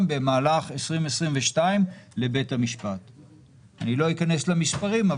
במהלך שנת 2022. לא אכנס למספרים,